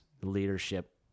leadership